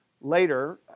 later